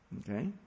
Okay